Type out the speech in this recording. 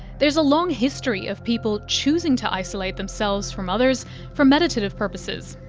there's a long history of people choosing to isolate themselves from others for meditative purposes,